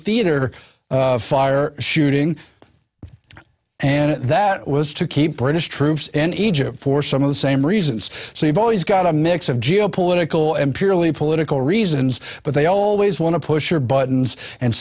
theater fire shooting and that was to keep british troops and egypt for some of the same reasons so you've always got a mix of geo political and purely political reasons but they are always want to push your buttons and